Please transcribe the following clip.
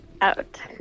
out